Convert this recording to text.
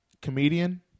Comedian